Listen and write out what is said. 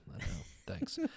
thanks